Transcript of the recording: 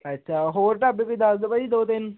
ਅੱਛਾ ਹੋਰ ਢਾਬੇ ਕੋਈ ਦੱਸ ਦੋ ਭਾਅ ਜੀ ਦੋ ਤਿੰਨ